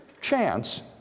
chance